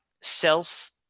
self-